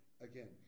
again